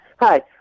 Hi